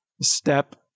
step